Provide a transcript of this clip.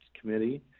committee